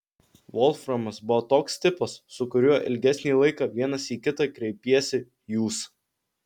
volframas buvo toks tipas su kuriuo ilgesnį laiką vienas į kitą kreipiesi jūs